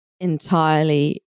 entirely